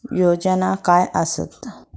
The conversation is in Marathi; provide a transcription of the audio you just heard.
योजना काय आसत?